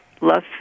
love